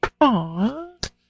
Aww